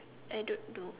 I don't know